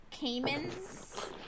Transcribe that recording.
caimans